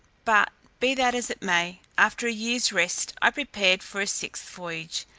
but be that as it may, after a year's rest i prepared for a sixth voyage,